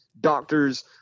doctors –